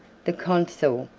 the consul,